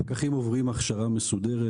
הפקחים עוברים הכשרה מסודרת,